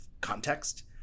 context